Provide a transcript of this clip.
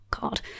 god